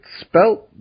spelt